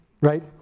right